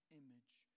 image